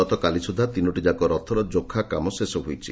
ଗତକାଲି ସୁଦ୍ଧା ତିନୋଟିଯାକ ରଥର ଯୋଖାକାମ ଶେଷ ହୋଇଛି